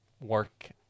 work